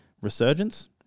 Resurgence